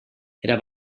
era